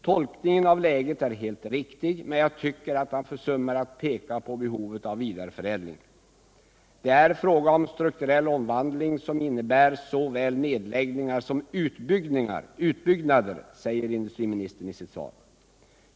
Tolkningen av läget är helt riktig, men jag tycker att han försummar att peka på behovet av vidareförädling. Det är fråga om strukturell omvandling som innebär såväl nedläggningar som utbyggnader, säger industriministern i sitt svar.